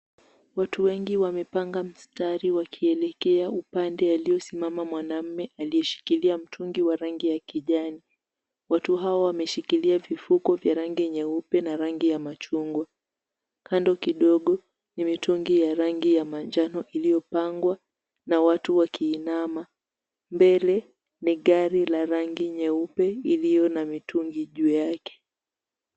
Watu wengi wamepanga mstari wakielekea upande aliyosimama mwanaume aliyeshikilia mtungi wa rangi ya kijani. Watu hao wameshikilia vifuko vya rangi nyeupe na rangi ya machungwa. Kando kidogo ni mitungi ya rangi ya manjano iliyopangwa na watu wakiinama. Mbele ni gari la rangi nyeupe iliyo na mitungi juu yake.